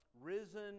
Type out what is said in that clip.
risen